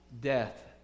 death